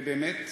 ובאמת,